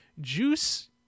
Juice